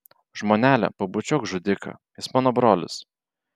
žmonele pabučiuok žudiką jis mano brolis